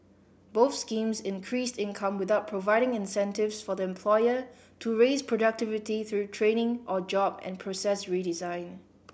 both schemes increased income without providing incentives for the employer to raise productivity through training or job and process redesign